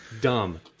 dumb